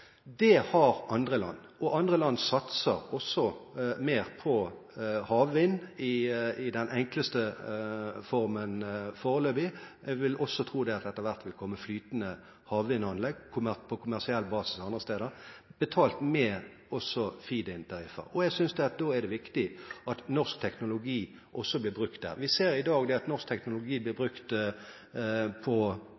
Det har andre land, og andre land satser også mer på havvind – i den enkleste formen foreløpig. Jeg vil også tro at det etter hvert vil komme flytende havvindanlegg på kommersiell basis andre steder, betalt med feed-in derfra. Da synes jeg det er viktig at norsk teknologi også blir brukt der. Vi ser i dag at norsk teknologi blir